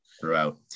Throughout